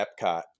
Epcot